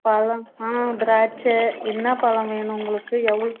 பழம் ஆ திராட்சை என்ன பழம் வேணும் உங்களுக்கு எவ்